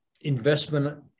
investment